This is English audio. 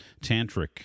tantric